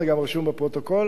זה גם רשום בפרוטוקול.